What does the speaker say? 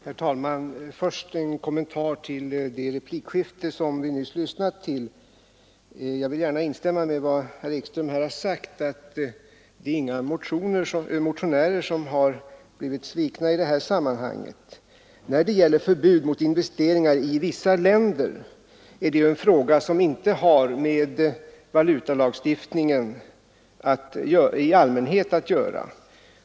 Herr talman! Först en kommentar till det replikskifte som vi nyss lyssnat till. Jag vill gärna instämma i vad herr Ekström här har sagt, att det är inga motionärer som har blivit svikna i detta sammanhang. Frågan om förbud mot investeringar i vissa länder har ju inte med valutalagstiftningen i allmänhet att göra.